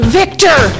victor